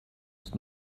ist